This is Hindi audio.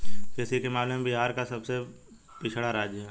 कृषि के मामले में बिहार भारत का सबसे पिछड़ा राज्य है